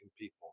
people